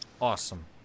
Awesome